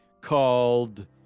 called